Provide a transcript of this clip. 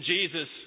Jesus